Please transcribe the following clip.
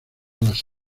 las